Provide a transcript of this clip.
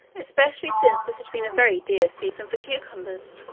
especially since this had been a very dear season for cucumbers.